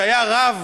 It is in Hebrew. שהיה הרב